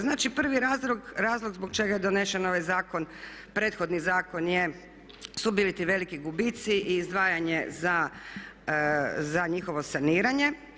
Znači, prvi razlog zbog čega je donesen ovaj zakon, prethodni zakon je, su bili ti veliki gubici i izdvajanje za njihovo saniranje.